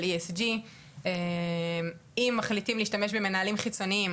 ESG. אם מחליטים להשתמש במנהלים חיצוניים,